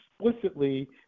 explicitly